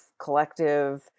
collective